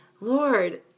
Lord